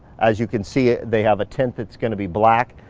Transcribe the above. as you can see, they have a tint that's gonna be black.